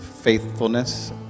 faithfulness